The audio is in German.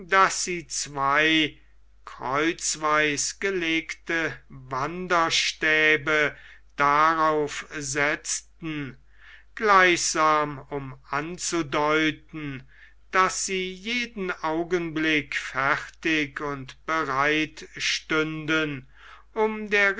daß sie zwei kreuzweis gelegte wanderstäbe darauf setzten gleichsam um anzudeuten daß sie jeden augenblick fertig und bereit stünden um der